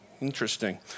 Interesting